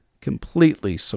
completely